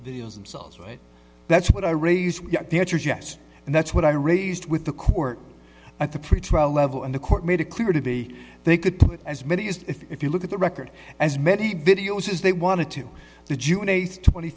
videos themselves right that's what i raised the answer's yes and that's what i raised with the court at the pretrial level and the court made it clear to be they could put as many as if you look at the record as many videos as they wanted to the june